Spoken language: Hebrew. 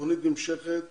התוכנית נמשכת